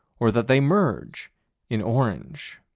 or that they merge in orange.